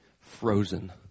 frozen